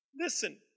listen